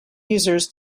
users